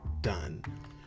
done